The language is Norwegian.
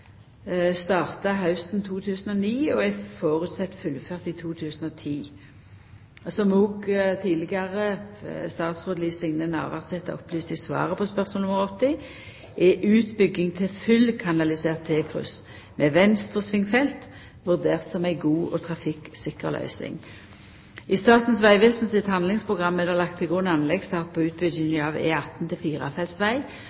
starta hausten 2009 og er føresett fullført i 2010. Som òg tidlegare samferdselsminister Liv Signe Navarsete opplyste i svaret på spørsmål nr. 80, er utbygging til fullkanalisert T-kryss med venstresvingfelt vurdert som ei god og trafikksikker løysing. I Statens vegvesen sitt handlingsprogram er det lagt til grunn anleggsstart på